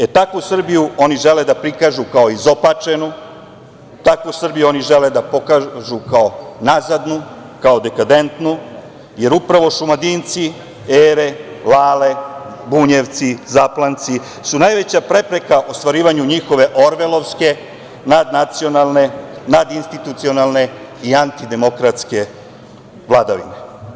E, takvu Srbiju oni žele da prikažu kao izopačenu, takvu Srbiju oni žele da pokažu kao nazadnu, kao dekadentnu, jer upravo Šumadinci, Ere, Lale, Bunjevci, Zaplanjci su najveća prepreka u ostvarivanju njihove orvelovske nadnacionalne, nadinstitucionalne i antidemokratske vladavine.